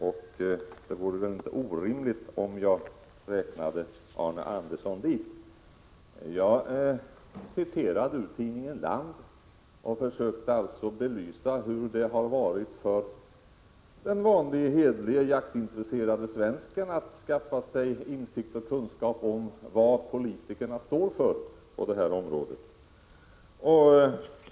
Och det vore väl inte orimligt om jag räknade Arne Andersson dit. Jag citerade ur tidningen Land och försökte belysa hur det varit för den vanlige hederlige jaktintresserade svensken när det gäller att skaffa sig insikt och kunskap om vad politikerna står för på detta område.